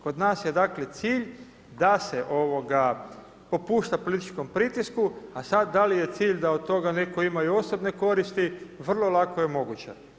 Kod nas je cilj da se popušta političkom pritisku, a sad da li je cilj da od toga netko ima i osobne koristi vrlo lako je moguće.